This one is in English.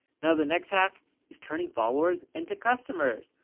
now the next hack is turning followers into customers.